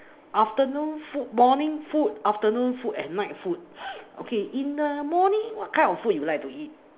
afternoon food morning food afternoon food and night food okay in the morning what kind of food you like to eat